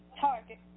target